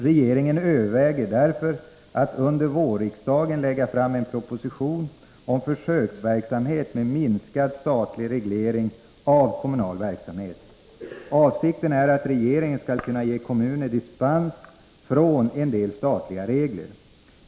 Regeringen överväger därför att under vårriksdagen lägga fram en proposition om försöksverksamhet med minskad statlig reglering av kommunal verksamhet. Avsikten är att regeringen skall kunna ge kommuner dispens från en del statliga regler.